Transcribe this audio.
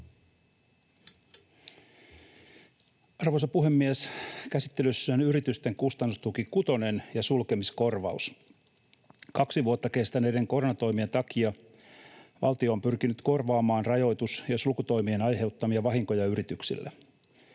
Arvoisa puhemies! Käsittelyssä on yritysten kustannustuki kutonen ja sulkemiskorvaus. Kaksi vuotta kestäneiden koronatoimien takia valtio on pyrkinyt korvaamaan rajoitus- ja sulkutoimien aiheuttamia vahinkoja yrityksille.